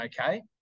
okay